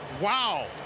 Wow